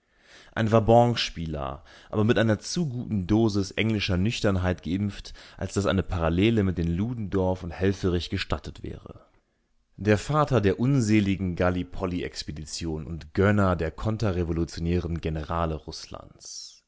ein vabanquespieler aber mit einer zu guten dosis englischer nüchternheit geimpft als daß eine parallele mit den ludendorff und helfferich gestattet wäre der vater der unseligen gallipoli-expedition und gönner der konterrevolutionären generale rußlands